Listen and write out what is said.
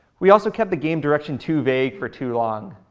we also kept the game direction too vague for too long.